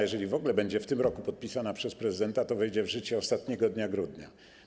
Jeżeli będzie w tym roku podpisana przez prezydenta, to wejdzie w życie ostatniego dnia grudnia.